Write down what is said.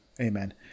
Amen